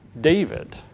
David